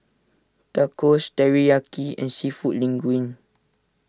Tacos Teriyaki and Seafood Linguine